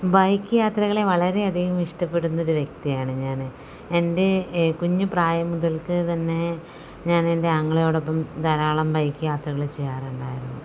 bike യാത്രകളെ വളരെയധികം ഇഷ്ടപ്പെടുന്നൊരു വ്യക്തിയാണ് ഞാൻ എൻ്റെ കുഞ്ഞുപ്രായം മുതൽക്കുതന്നെ ഞാൻ എൻ്റെ ആങ്ങളയോടൊപ്പം ധാരാളം ബൈക്ക് യാത്രകൾ ചെയ്യാറുണ്ടായിരുന്നു